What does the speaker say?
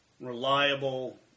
reliable